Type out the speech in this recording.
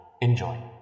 Enjoy